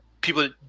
people